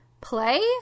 play